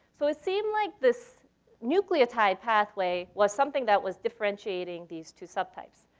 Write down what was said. so it seemed like this nucleotide pathway was something that was differentiating these two subtypes.